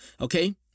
okay